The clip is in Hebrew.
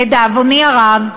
לדאבוני הרב,